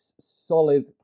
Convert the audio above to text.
solid